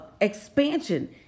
expansion